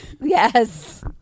Yes